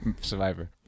Survivor